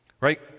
right